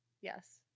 Yes